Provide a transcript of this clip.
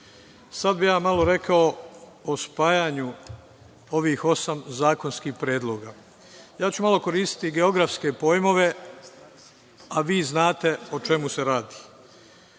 bih malo rekao o spajanju ovih osam zakonskih predloga. Malo ću koristiti geografske pojmove, a vi znate o čemu se radi.